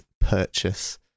purchase